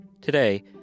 Today